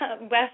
West